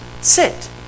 Sit